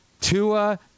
Tua